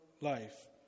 life